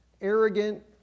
arrogant